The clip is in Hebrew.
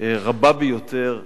רבה ביותר,